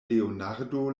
leonardo